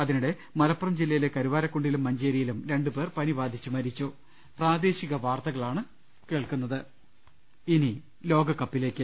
അതിനിടെ മലപ്പുറം ജില്ലയിലെ കരുവാരക്കുണ്ടിലും മഞ്ചേരിയിലും രണ്ടുപ്പേർ പനി ബാധിച്ച് മരി ച്ചും ഇനി ലോകകപ്പിലേക്ക്